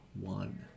one